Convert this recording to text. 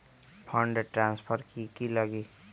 Fund transfer कि की लगी?